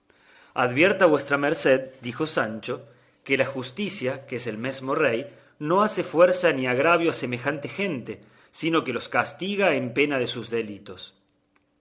advierta vuestra merced dijo sancho que la justicia que es el mesmo rey no hace fuerza ni agravio a semejante gente sino que los castiga en pena de sus delitos